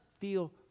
feel